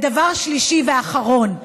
והדבר השלישי והאחרון,